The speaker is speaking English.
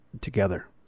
together